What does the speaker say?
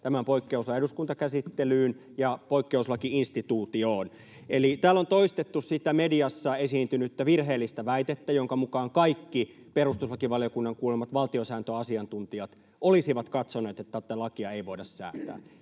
tämän poikkeuslain eduskuntakäsittelyyn ja poikkeuslaki-instituutioon. Täällä on toistettu sitä mediassa esiintynyttä virheellistä väitettä, jonka mukaan kaikki perustuslakivaliokunnan kuulemat valtiosääntöasiantuntijat olisivat katsoneet, että tätä lakia ei voida säätää.